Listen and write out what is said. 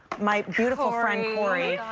my beautiful friend.